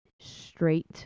straight